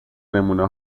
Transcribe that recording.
نمونه